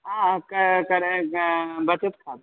क कर गा बचत्ताल्